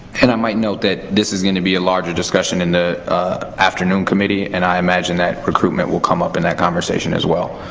and i might note that this is gonna be a larger discussion in the afternoon committee. and i imagine that recruitment will come up in that conversation, as well.